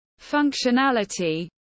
functionality